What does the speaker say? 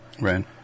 Right